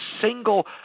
single